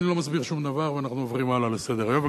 ואני לא מסביר שום דבר ואנחנו עוברים הלאה לסדר-היום,